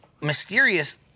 mysterious